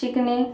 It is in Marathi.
शिकणे